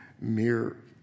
mere